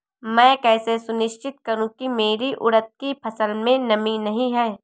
मैं कैसे सुनिश्चित करूँ की मेरी उड़द की फसल में नमी नहीं है?